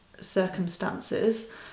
circumstances